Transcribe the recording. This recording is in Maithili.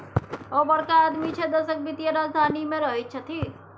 ओ बड़का आदमी छै देशक वित्तीय राजधानी मे रहैत छथि